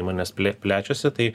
įmonės plė plečiasi tai